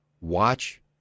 Watch